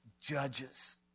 judges